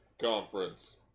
conference